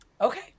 Okay